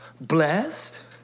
Blessed